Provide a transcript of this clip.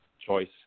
choice